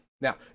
Now